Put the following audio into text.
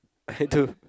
I do